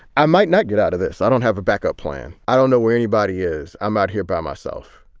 i might not get out of this. i don't have a backup plan. i don't know where anybody is. i'm out here by myself.